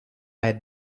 had